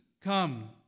come